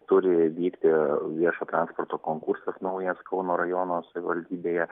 turi vykti viešo transporto konkursas naujas kauno rajono savivaldybėje